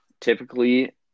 Typically